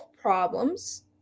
problems